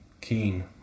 keen